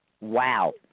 Wow